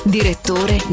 Direttore